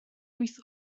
wyth